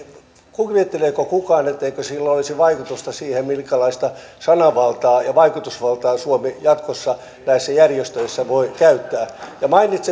kuvitteleeko kukaan etteikö sillä olisi vaikutusta siihen minkälaista sananvaltaa ja vaikutusvaltaa suomi jatkossa näissä järjestöissä voi käyttää